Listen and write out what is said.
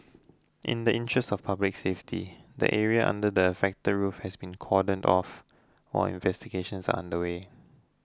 in the interest of public safety the area under the affected roof has been cordoned off while investigations are underway